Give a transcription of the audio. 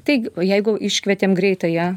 taigi o jeigu iškvietėm greitąją